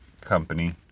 Company